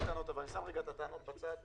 שם רגע את הטענות בצד.